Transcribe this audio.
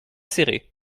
céré